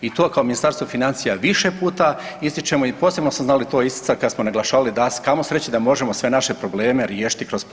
I to kao Ministarstvo financija više ističemo i posebno smo znali to isticati kad smo naglašavali da kamo sreće da možemo sve naše probleme riješiti kroz poreze.